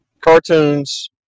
cartoons